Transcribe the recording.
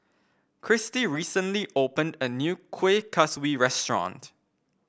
Kristy recently opened a new Kuih Kaswi restaurant